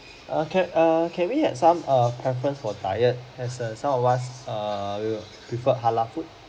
err can err can we had some err preference for diet as err some of us err will prefer halal food